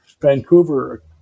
Vancouver